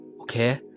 okay